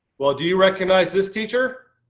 well, do you recognize this teacher?